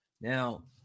now